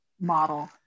model